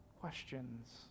questions